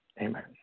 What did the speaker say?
Amen